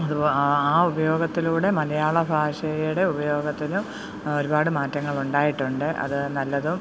അതുപോലെ ആ ഉപയോഗത്തിലൂടെ മലയാളഭാഷയുടെ ഉപയോഗത്തിലും ഒരുപാട് മാറ്റങ്ങൾ ഒണ്ടായിട്ടുണ്ട് അത് നല്ലതും